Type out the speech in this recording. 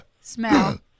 Smell